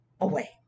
away